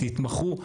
תתמחו,